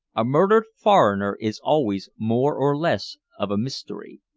a murdered foreigner is always more or less of a mystery.